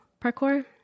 parkour